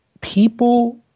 people